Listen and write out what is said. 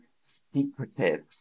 secretive